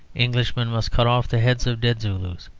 englishmen must cut off the heads of dead zulus.